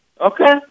Okay